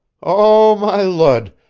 oh, my lud!